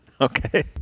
Okay